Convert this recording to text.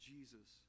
Jesus